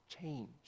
change